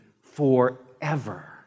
forever